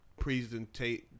presentate